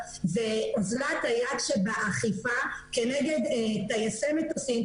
זה אוזלת היד שבאכיפה כנגד טייסי מטוסים,